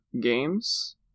games